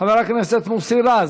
חבר הכנסת מוסי רז.